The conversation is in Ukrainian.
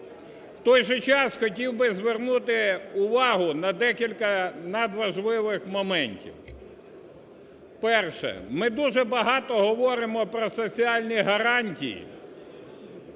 В той же час хотів би звернути увагу на декілька надважливих моментів: перше – ми дуже багато говоримо про соціальні гарантії,